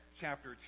chapter